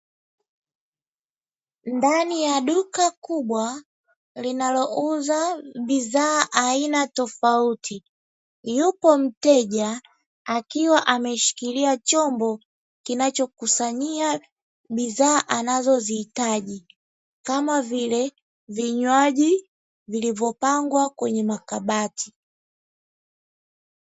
Ndani ya duka kubwa linayouza bidhaa aina tofauti, yupo mteja akiwa ameshikilia chombo kinachokusanyia bidhaa anazozihitaji kama vile vinywaji vilivyopangwa kwenye makabati.